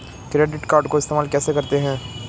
Credit card को इस्तेमाल कैसे करते हैं?